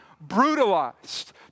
brutalized